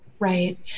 Right